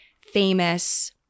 famous